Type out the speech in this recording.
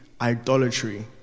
idolatry